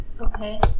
Okay